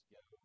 go